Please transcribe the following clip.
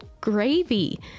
gravy